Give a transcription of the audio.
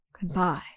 Goodbye